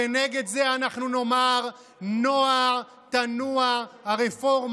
כנגד זה אנחנו נאמר: נוע תנוע הרפורמה.